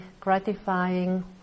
gratifying